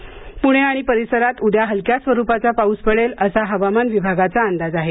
हवामान पूणे आणि परिसरात उद्या हलक्या स्वरुपाचा पाऊस पडेल असा हवामान विभागाचा अंदाज आहे